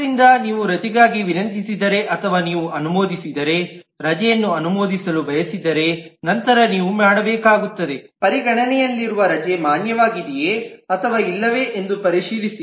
ಆದ್ದರಿಂದ ನೀವು ರಜೆಗಾಗಿ ವಿನಂತಿಸಿದರೆ ಅಥವಾ ನೀವು ಅನುಮೋದಿಸಿದರೆ ರಜೆಯನ್ನು ಅನುಮೋದಿಸಲು ಬಯಸಿದರೆ ನಂತರ ನೀವು ಮಾಡಬೇಕಾಗುತ್ತದೆ ಪರಿಗಣನೆಯಲ್ಲಿರುವ ರಜೆ ಮಾನ್ಯವಾಗಿದೆಯೇ ಅಥವಾ ಇಲ್ಲವೇ ಎಂದು ಪರಿಶೀಲಿಸಿ